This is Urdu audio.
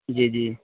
جی جی